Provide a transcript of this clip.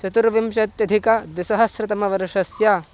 चतुर्विंशत्यधिकद्विसहस्रतमवर्षस्य